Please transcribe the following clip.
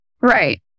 Right